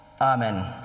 Amen